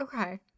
Okay